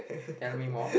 tell me more